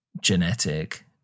genetic